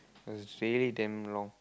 it was really damn long